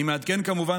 אני מעדכן כמובן,